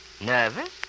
Nervous